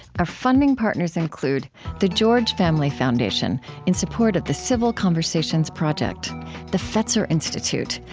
our funding partners include the george family foundation, in support of the civil conversations project the fetzer institute,